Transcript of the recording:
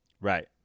Right